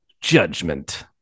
Judgment